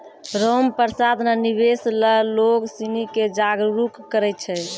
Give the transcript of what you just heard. रामप्रसाद ने निवेश ल लोग सिनी के जागरूक करय छै